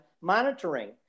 monitoring